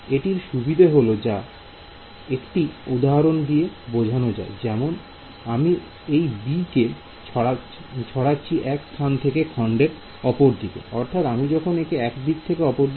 এটির সুবিধে হল যা একটি উদাহরণ দিয়ে বোঝানো যায় যেমন আমি এই b কে ছড়াচ্ছি এক স্থান থেকে খন্ডের অপরদিকে